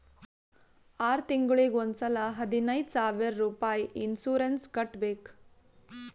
R ತಿಂಗುಳಿಗ್ ಒಂದ್ ಸಲಾ ಹದಿನೈದ್ ಸಾವಿರ್ ರುಪಾಯಿ ಇನ್ಸೂರೆನ್ಸ್ ಕಟ್ಬೇಕ್